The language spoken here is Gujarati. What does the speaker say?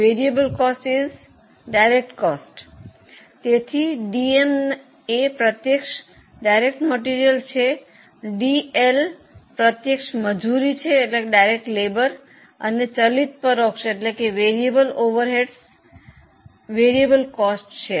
તેથી ડીએમ એ પ્રત્યક્ષ માલ સામાન છે ડીએલ પ્રત્યક્ષ મજૂરી છે અને ચલિત પરોક્ષ ચલિત ખર્ચ છે